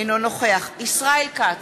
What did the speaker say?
אינו נוכח ישראל כץ,